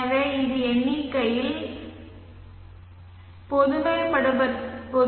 எனவே இது எண்ணிக்கையில் Hat குறைந்தபட்சத்திற்கு சமம்